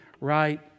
right